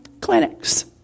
clinics